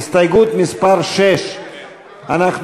הסתייגות מס' 6. אנחנו